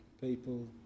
people